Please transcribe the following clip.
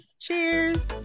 Cheers